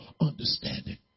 understanding